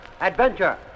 adventure